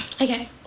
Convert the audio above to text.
okay